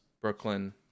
Brooklyn